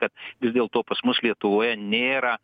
kad vis dėlto pas mus lietuvoje nėra